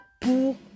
pour